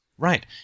Right